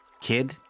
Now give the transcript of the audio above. kid